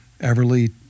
Everly